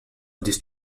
these